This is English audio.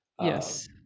Yes